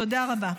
תודה רבה.